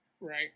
Right